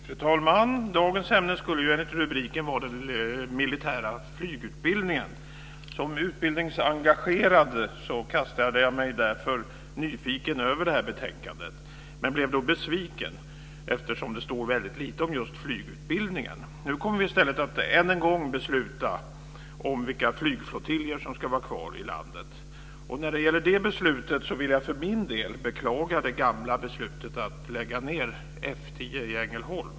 Fru talman! Dagens ämne skulle ju enligt rubriken vara den militära flygutbildningen. Som utbildningsengagerad kastade jag mig därför nyfiken över det här betänkandet men blev då besviken, eftersom det där står väldigt lite om just flygutbildningen. Nu kommer vi i stället att än en gång besluta om vilka flygflottiljer som ska vara kvar i landet. När det gäller det avgörandet vill jag för min del beklaga det gamla beslutet att lägga ned F 10 i Ängelholm.